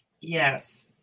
Yes